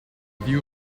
view